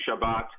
Shabbat